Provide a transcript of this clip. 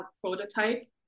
prototype